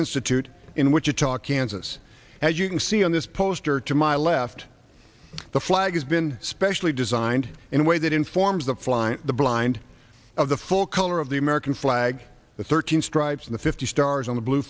institute in wichita kansas as you can see on this poster to my left the flag has been specially designed in a way that informs the flying blind of the full color of the american flag the thirteen stripes in the fifty stars on the blue